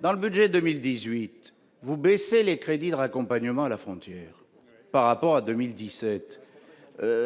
dans le budget 2018 vous baisser les crédits de raccompagnement à la frontière par rapport à 2017,